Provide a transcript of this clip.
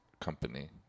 company